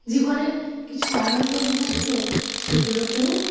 জীবনের কিছু আনন্দ মুহূর্ত সেগুলোকেও